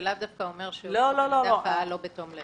זה לאו דווקא אומר שהוא פעל לא בתום לב.